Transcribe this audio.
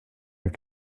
your